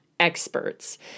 Experts